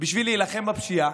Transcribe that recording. בשביל להילחם בפשיעה,